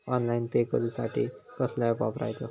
Online pay करूचा साठी कसलो ऍप वापरूचो?